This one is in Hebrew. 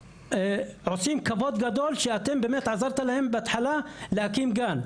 עושים כבוד גדול שאתם עזרתם להם בהתחלה להקים גן.